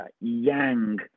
yang